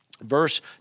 Verse